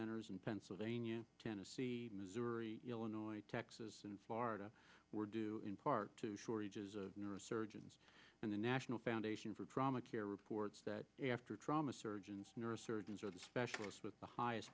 centers in pennsylvania tennessee missouri illinois texas and florida were due in part to shortages of neurosurgeons and the national foundation for trauma care reports that after trauma surgeons neurosurgeons or specialists with the highest